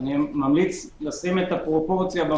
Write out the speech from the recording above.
ממליץ לשים את הפרופורציה.